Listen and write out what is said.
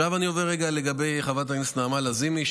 עכשיו אני עובר רגע לגבי חברת הכנסת נעמה לזימי,